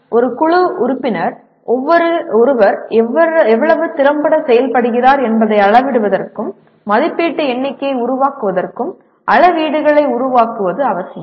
ஒரு குழு உறுப்பினர் ஒருவர் எவ்வளவு திறம்பட செயல்படுகிறார் என்பதை அளவிடுவதற்கும் மதிப்பீட்டு எண்ணிக்கையை உருவாக்குவதற்கும் அளவீடுகளை உருவாக்குவது அவசியம்